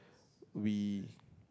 we